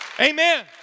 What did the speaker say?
Amen